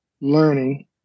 learning